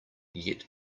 yet